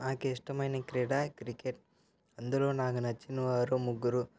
నాకిష్టమైన క్రీడ క్రికెట్ అందులో నాకు నచ్చిన వారు ముగ్గురు